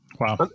Wow